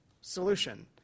solution